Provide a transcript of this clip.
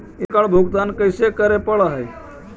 एकड़ भुगतान कैसे करे पड़हई?